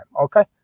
okay